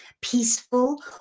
peaceful